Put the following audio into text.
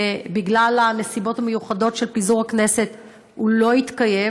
ובגלל הנסיבות המיוחדות של פיזור הכנסת הוא לא יתקיים.